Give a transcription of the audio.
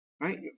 right